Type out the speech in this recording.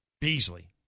Beasley